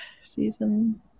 season